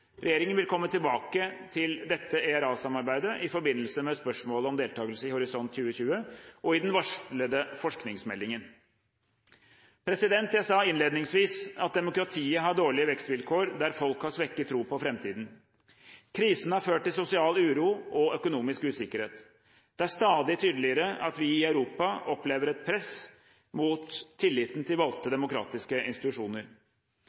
Regjeringen vil komme tilbake til dette ERA-samarbeidet i forbindelse med spørsmålet om deltakelse i Horisont 2020 og i den varslede forskningsmeldingen. Jeg sa innledningsvis at demokratiet har dårlige vekstvilkår der folk har svekket tro på framtiden. Krisen har ført til sosial uro og økonomisk usikkerhet. Det er stadig tydeligere at vi i Europa opplever et press mot tilliten til valgte, demokratiske institusjoner.